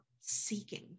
seeking